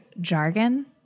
jargon